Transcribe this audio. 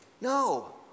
no